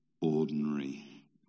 ordinary